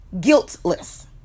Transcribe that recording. guiltless